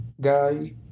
guy